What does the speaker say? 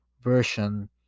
version